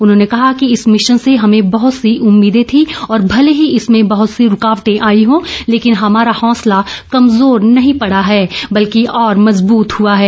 उन्होंने कहा कि इस मिशन से हमें बहुत सी उम्मीदें थी और भले ही इसमें बहुत सी रूकावटें आई हों लेकिन हमारा हौंसला कमज़ोर नहीं पड़ा है बल्कि और मज़बूत हुआ है